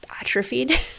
atrophied